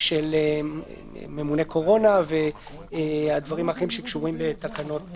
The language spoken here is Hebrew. ממונה קורונה ודברים אחרים שקשורים לתקנות